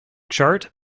chart